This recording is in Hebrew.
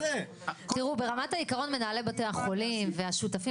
ברמת העיקרון מנהלי בתי החולים והשותפים